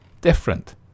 different